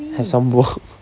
have some work